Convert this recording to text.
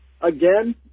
Again